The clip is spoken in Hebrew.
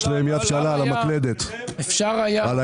יש להם יד קלה על המקלדת על העיקולים.